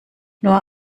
nur